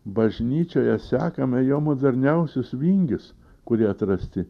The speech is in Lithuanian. bažnyčioje sekame jo moderniausius vingius kurie atrasti